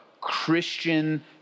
Christian